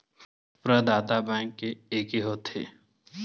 प्रदाता बैंक के एके होथे?